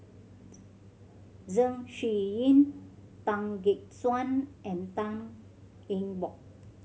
Zeng Shouyin Tan Gek Suan and Tan Eng Bock